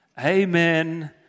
amen